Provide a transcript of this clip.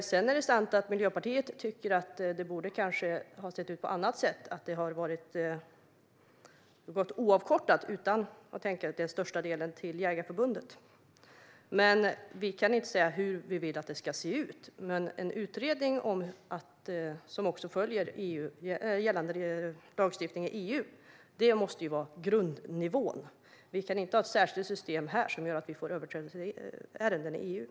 Sedan är det sant att Miljöpartiet tycker att det kanske borde ha sett ut på annat sätt. Det har oavkortat till största delen gått till Svenska Jägareförbundet. Vi kan inte säga hur vi vill att det ska ut. Men en utredning som följer gällande lagstiftning i EU måste vara grundnivån. Vi kan inte ha ett särskilt system här som gör att vi får överträdelseärenden i EU.